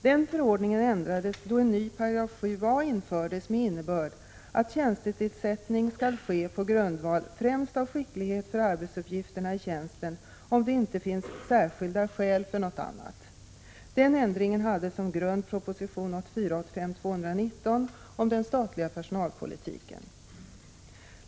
Den förordningen ändrades då en ny 7 a § infördes med innebörd att tjänstetillsättning skall ske på grundval främst av skicklighet för arbetsuppgifterna i tjänsten om det inte finns särskilda skäl för något annat. Den ändringen hade som grund proposition 1984/85:219 om den statliga personalpolitiken.